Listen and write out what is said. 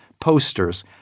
posters